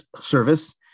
service